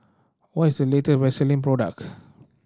what is the late Vaselin product